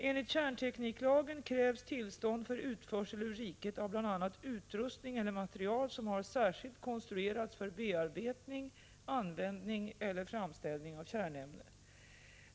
Enligt kärntekniklagen krävs tillstånd för utförsel ur riket av bl.a. utrustning eller material som har särskilt konstruerats för bearbetning, användning eller framställning av kärnämne.